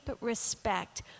respect